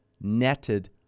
netted